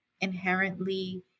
inherently